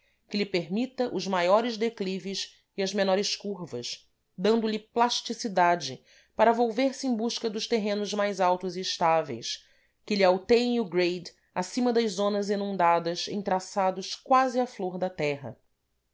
que lhe permita os maiores declives e as menores curvas dando-lhe plasticidade para volver se em busca dos terrenos mais altos e estáveis que lhe alteiem o grade acima das zonas inundadas em traçados quase à flor da terra